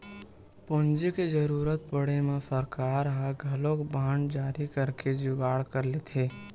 पूंजी के जरुरत पड़े म सरकार ह घलोक बांड जारी करके जुगाड़ कर लेथे